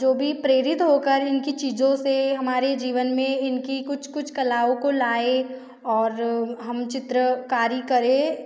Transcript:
जो भी प्रेरित हो कर इनकी चीज़ों से हमारे जीवन में इनकी कुछ कुछ कलाओं को लाएं और हम चित्रकारी करें